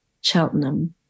Cheltenham